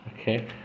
Okay